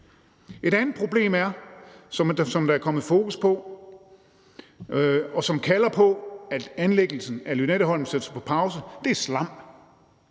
et andet problem, som der er kommet fokus på, og som kalder på, at anlæggelsen af Lynetteholmen sættes på pause, og det er slam.